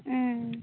ᱩᱸᱻ